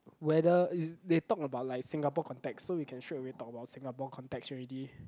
whether is they talk about like Singapore context so we can straight away talk about Singapore context already